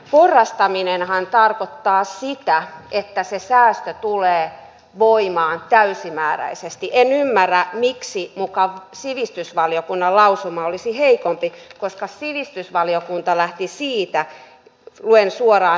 porrastaminenhan tarkoittaa sitä että se säästö tulee voimaan täysimääräisesti en ymmärrä miksi muka sivistysvaliokunnan lausuma olisi heikompi koska sivistysvaliokunta lähti siitä luen suoraan